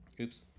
Oops